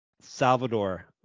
Salvador